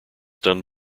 done